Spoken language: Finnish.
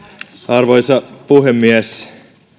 arvoisa puhemies